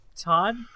Todd